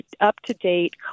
up-to-date